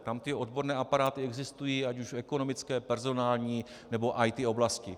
Tam odborné aparáty existují ať už v ekonomické, personální, nebo IT oblasti.